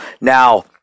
Now